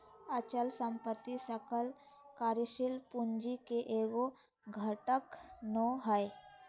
अचल संपत्ति सकल कार्यशील पूंजी के एगो घटक नै हइ